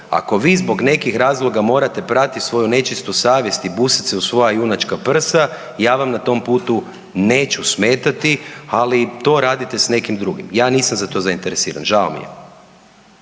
Ako vi zbog nekih razloga morate prati svoju nečistu savjest i busat se u svoja junačka prsa ja vam na tom putu neću smetati, ali to radite s nekim drugim. Ja nisam za to zainteresiran, žao mi je.